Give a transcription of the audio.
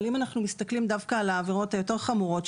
אבל אם אנחנו מסתכלים על העבירות היותר חמורות,